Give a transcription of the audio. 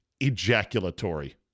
ejaculatory